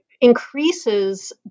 increases